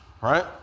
right